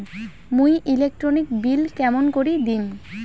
মুই electric bill কেমন করি দিম?